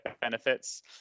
benefits